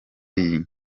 iyi